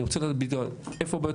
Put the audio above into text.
אני רוצה לדעת בעיקר איפה הבעיות